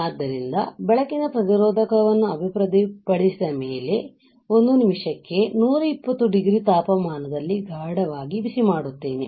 ಆದ್ದರಿಂದ ಬೆಳಕಿನ ಪ್ರತಿರೋಧಕವನ್ನು ಅಭಿವೃದ್ದಿಪಡಿಸಿದ ಮೇಲೆ ನಾನು ಒಂದು ನಿಮಿಷಕ್ಕೆ 120 ಡಿಗ್ರಿ ತಾಪಮಾನದಲ್ಲಿ ಗಾಢವಾಗಿ ಬಿಸಿ ಮಾಡುತ್ತೇನೆ